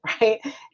right